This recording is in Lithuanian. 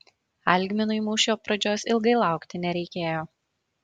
algminui mūšio pradžios ilgai laukti nereikėjo